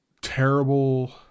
terrible